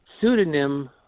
pseudonym